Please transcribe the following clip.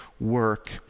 work